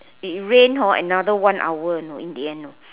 it rained hor another one hour know in the end